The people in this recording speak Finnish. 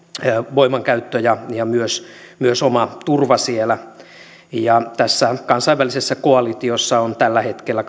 voimankäyttö ja ja myös myös oma turva siellä tässä kansainvälisessä koalitiossa on tällä hetkellä